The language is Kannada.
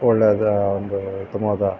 ಒಳ್ಳೇದು ಒಂದು ಉತ್ತಮವಾದ